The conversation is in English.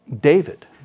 David